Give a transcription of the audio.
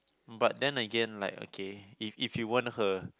but then again like okay if if you want her